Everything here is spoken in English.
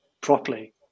properly